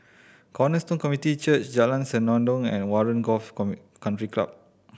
Cornerstone Community Church Jalan Senandong and Warren Golf Country Club